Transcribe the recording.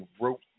wrote